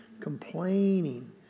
complaining